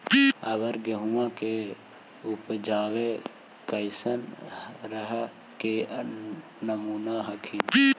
अबर गेहुमा के उपजबा कैसन रहे के अनुमान हखिन?